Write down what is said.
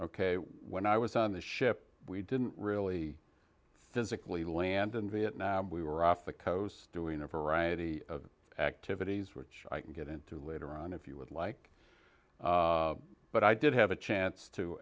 k when i was on the ship we didn't really physically land in vietnam we were off the coast doing a variety of activities which i can get into later on if you would like but i did have a chance to